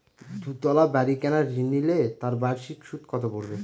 দুতলা বাড়ী কেনার ঋণ নিলে তার বার্ষিক সুদ কত পড়বে?